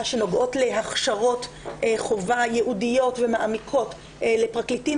שנוגעות להכשרות חובה ייעודיות ומעמיקות לפרקליטים,